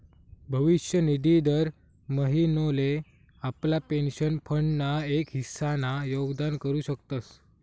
भविष्य निधी दर महिनोले आपला पेंशन फंड ना एक हिस्सा ना योगदान करू शकतस